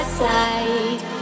side